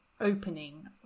opening